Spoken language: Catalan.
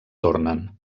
tornen